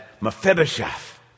Mephibosheth